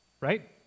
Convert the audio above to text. right